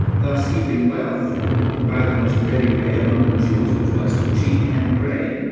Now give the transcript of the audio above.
thus heaping wealth by the most ready way among the jews, which was to cheat and pray,